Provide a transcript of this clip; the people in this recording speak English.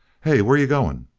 hey, where you going?